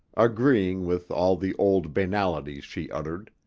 agreeing with all the old banalities she uttered,